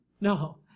No